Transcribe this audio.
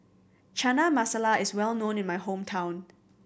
Chana Masala is well known in my hometown